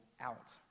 out